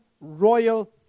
royal